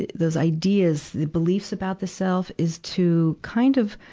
those ideas the beliefs about the self is to kind of,